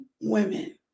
women